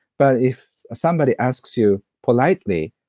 but if somebody asks you politely,